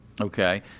Okay